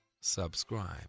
subscribe